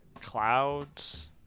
clouds